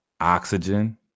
oxygen